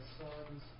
sons